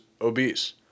obese